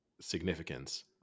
significance